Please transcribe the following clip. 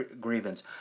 grievance